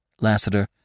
Lassiter